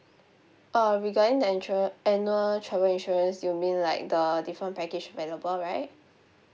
uh regarding the insu~ annual travel insurance you mean like the different package available right